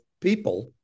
people